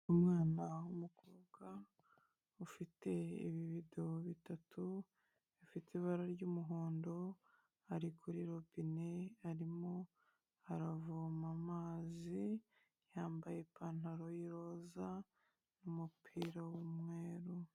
Umwana w'umukobwa ufite ibi bido bitatu bifite ibara ry'umuhondo, ari kuri robine arimo aravoma amazi, yambaye ipantaro y'iroza n'umupira w'umweru.